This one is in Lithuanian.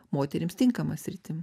moterims tinkama sritim